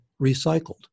recycled